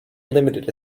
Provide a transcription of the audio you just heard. limited